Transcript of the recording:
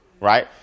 right